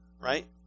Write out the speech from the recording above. right